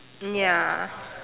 ya